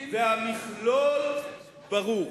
והמכלול ברור.